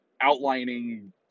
outlining